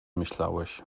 myślałeś